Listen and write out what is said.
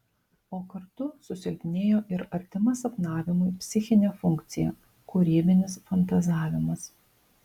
o kartu susilpnėjo ir artima sapnavimui psichinė funkcija kūrybinis fantazavimas